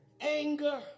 Anger